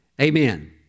amen